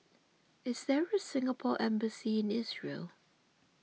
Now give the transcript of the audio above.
is there a Singapore Embassy in Israel